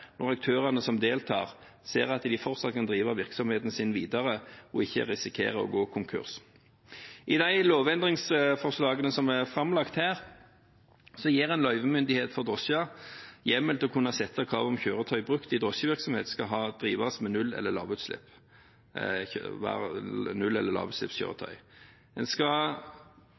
når aktørene som deltar, ser at de fortsatt kan drive virksomheten sin videre og ikke risikerer å gå konkurs. I de lovendringsforslagene som er framlagt her, gir en løyvemyndigheten for drosjer hjemmel til å kunne sette krav om at kjøretøy brukt i drosjevirksomhet skal være null- eller